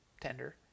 tender